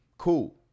cool